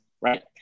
right